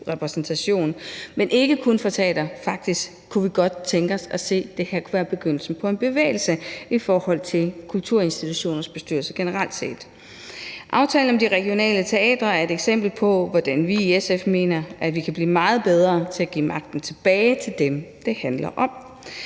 men ikke kun for teatre. Faktisk kunne vi godt tænke os at se, at det her kunne være begyndelsen på en bevægelse i forhold til kulturinstitutioners bestyrelser generelt set. Aftalen om de regionale teatre er et eksempel på, hvordan vi i SF mener man kan blive meget bedre til at give magten tilbage til dem, som det handler om.